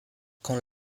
con